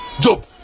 Job